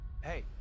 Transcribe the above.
Hey